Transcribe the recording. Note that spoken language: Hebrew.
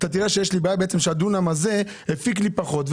אתה תראה שהדונם הזה הפיק לי פחות,